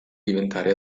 diventare